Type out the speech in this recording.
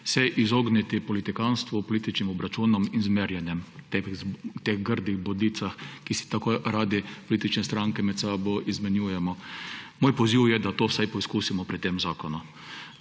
izogniti politikantstvu, političnim obračunom in zmerjanjem, tem grdim bodicam, ki si jih tako rade politične stranke med sabo izmenjujemo. Moj poziv je, da to vsaj poizkusimo pri tem zakonu.